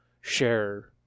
share